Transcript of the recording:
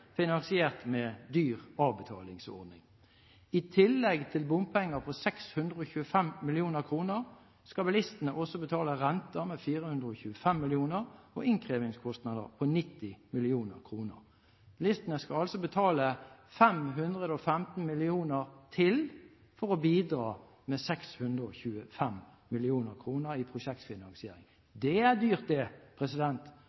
finansiert med en dyr avbetalingsordning. I tillegg til bompenger på 625 mill. kr skal bilistene også betale renter på 425 mill. kr og innkrevingskostnader på 90 mill. kr. Bilistene skal altså betale 515 mill. kr til for å bidra med 625 mill. kr i